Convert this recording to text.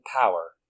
power